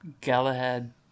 Galahad